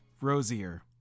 Rosier